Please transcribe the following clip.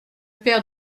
père